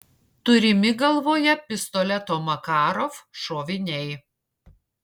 turimi galvoje pistoleto makarov šoviniai